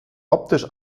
optisch